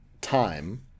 time